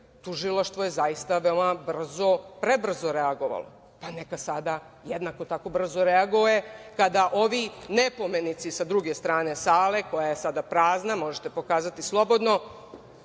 Tužilaštvo je zaista veoma brzo, prebrzo reagovalo, pa neka sada jednako tako brzo reaguje kada ovi nepomenici sa druge strane sale, koja je sada prazna, možete pokazati slobodno,